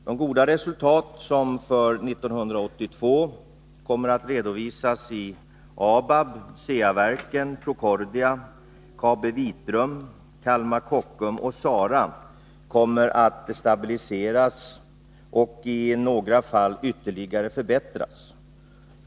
De goda resultat som för år 1982 kommer att redovisas i ABAB, Ceaverken, Procordia, KabiVitrum, Kalmar Kockum och SARA kommer att stabiliseras och i några fall ytterligare förbättras.